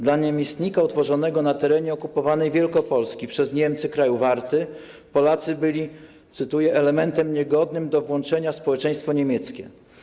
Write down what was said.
Dla namiestnika utworzonego na terenie okupowanej Wielkopolski przez Niemcy Kraju Warty, Polacy byli: 'elementem niegodnym do włączenia w społeczeństwo niemieckie'